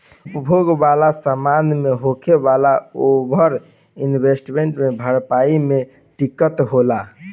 उपभोग वाला समान मे होखे वाला ओवर इन्वेस्टमेंट के भरपाई मे दिक्कत होला